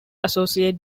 associate